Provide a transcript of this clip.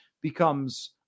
becomes